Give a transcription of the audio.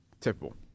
typical